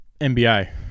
NBA